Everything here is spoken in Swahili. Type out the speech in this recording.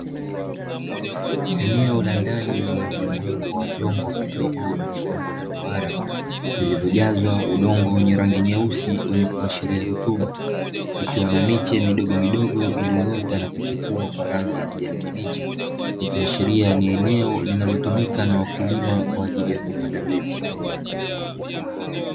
eneo la ndani lenye mjumuiko wa vyombo vidogo vyenye umbo la duara vilivyojazwa udongo wenye rangi nyeusi wenye kuashiria rutuba ,ikiwa na miche midomidogo iliyoota na kuchipua kwa rangi ya kijani kibichi ikihashiria ni eneo linalotumika na wakulima kwaajili ya kupanda mbegu.